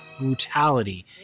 brutality